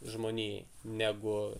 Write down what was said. žmonijai negu